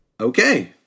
Okay